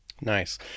nice